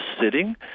sitting